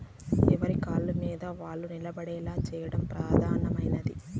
ఎవరి కాళ్ళమీద వాళ్ళు నిలబడేలా చేయడం ప్రధానమైనది